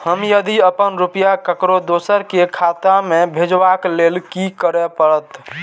हम यदि अपन रुपया ककरो दोसर के खाता में भेजबाक लेल कि करै परत?